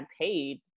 paid